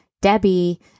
Debbie